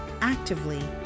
actively